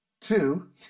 Two